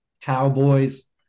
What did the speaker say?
Cowboys